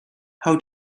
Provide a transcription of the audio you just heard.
how